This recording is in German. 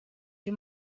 ihm